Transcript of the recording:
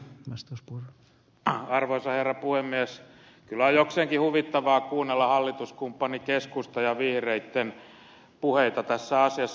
kyllä on jokseenkin huvittavaa kuunnella hallituskumppanien keskustan ja vihreitten puheita tässä asiassa